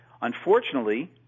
Unfortunately